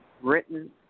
written